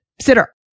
sitter